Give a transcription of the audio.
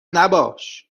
نباش